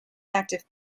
active